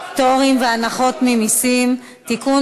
הצעת חוק אזור סחר חופשי באילת (פטורים והנחות ממסים) (תיקון